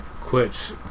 quits